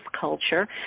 culture